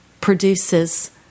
produces